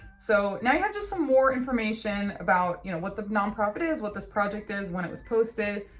so now you have just some more information about you know what the nonprofit is, what this project is, when it was posted,